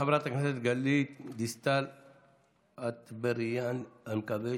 חברת הכנסת גלית דיסטל אטבריאן, אני מקווה